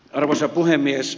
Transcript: arvoisa puhemies